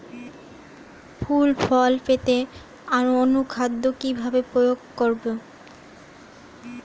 ফুল ফল পেতে অনুখাদ্য কিভাবে প্রয়োগ করব?